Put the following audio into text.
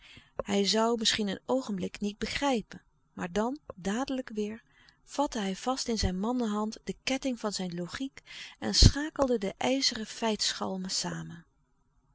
hij zoû misschien een oogenblik niet begrijpen maar dan dadelijk weêr vatte hij vast in zijn mannehand de ketting van zijn logiek en schakelde de ijzeren feitschalmen samen